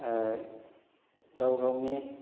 गाव गावनि